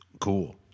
cool